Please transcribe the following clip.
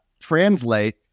translate